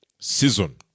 season